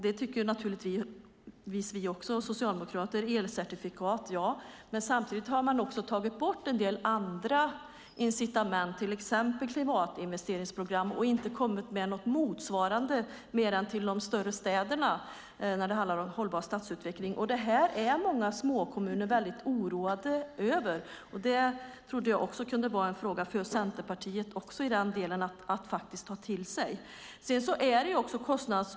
Det tycker naturligtvis också vi socialdemokrater. Elcertifikat - ja, det är också bra. Men samtidigt har man tagit bort en del andra incitament, till exempel klimatinvesteringsprogram, och inte kommit med något motsvarande mer än till de större städerna när det handlar om hållbar stadsutveckling. Det här är många små kommuner väldigt oroade över. Det tror jag också kan vara en fråga för Centerpartiet att ta till sig.